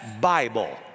Bible